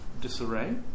disarray